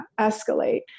escalate